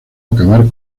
acabar